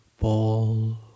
ball